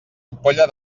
ampolla